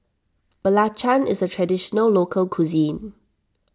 Belacan is a Traditional Local Cuisine